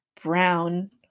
brown